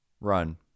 run